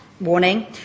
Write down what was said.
warning